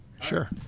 Sure